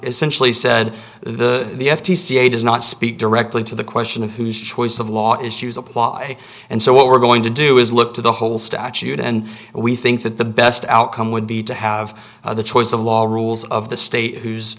essentially said the the f t c a does not speak directly to the question of whose choice of law issues apply and so what we're going to do is look to the whole statute and we think that the best outcome would be to have the choice of law the rules of the state who